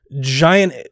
giant